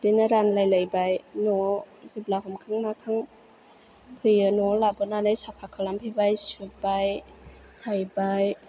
बिदिनो रानलायलायबाय न'आव जेब्ला हमखां माखां फैयो न'आव लाबोनानै साफा खालामफैबाय सुबाय सायबाय